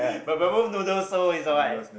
noodles so it's alright